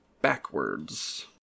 backwards